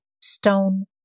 stone